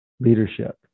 leadership